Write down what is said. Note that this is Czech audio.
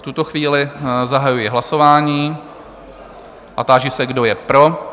V tuto chvíli zahajuji hlasování a táži se, kdo je pro?